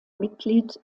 mitglied